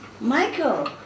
Michael